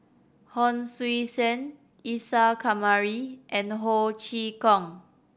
Hon Sui Sen Isa Kamari and Ho Chee Kong